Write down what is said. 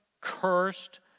cursed